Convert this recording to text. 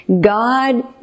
God